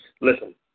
Listen